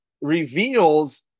reveals